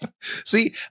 See